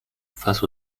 face